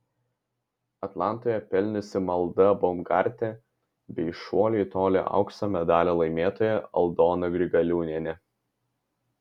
atlantoje pelniusi malda baumgartė bei šuolio į tolį aukso medalio laimėtoja aldona grigaliūnienė